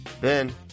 Ben